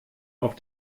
auf